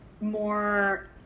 more